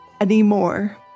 anymore